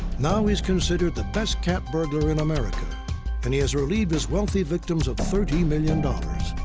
now, he's considered the best cat burglar in america. and he has relieved his wealthy victims of thirty million dollars.